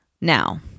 Now